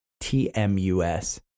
T-M-U-S